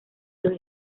los